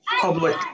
public